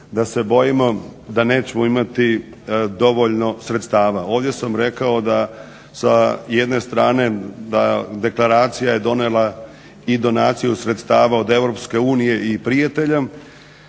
da se bojimo da nećemo imati dovoljno sredstava. Ovdje sam rekao da sa jedne strane da deklaracija je donijela i donaciju sredstava od Europske unije i prijatelja,